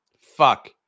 Fuck